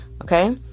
okay